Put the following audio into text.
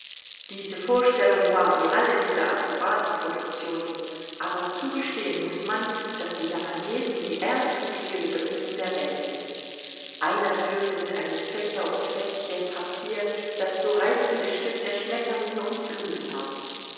diese vorstellung war wie alle diese akrobatenproductionen aber zugestehen muß man daß die japanesen die ersten equilibristen der welt sind einer führte mit einem fächer und fetzchen papier das so reizende stück der schmetterlinge und blumen aus